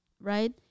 right